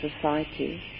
society